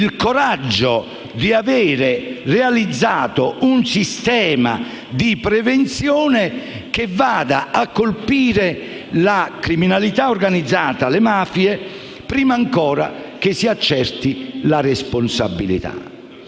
il coraggio di aver realizzato un sistema di prevenzione che vada a colpire la criminalità organizzata e le mafie prima ancora che si accerti la responsabilità.